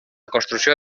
construcció